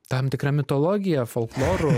tam tikra mitologija folkloru